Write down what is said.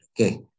Okay